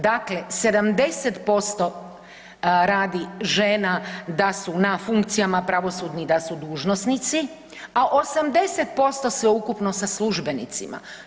Dakle, 70% radi žena da su na funkcijama pravosudni da su dužnosnici, a 80% sveukupno sa službenicima.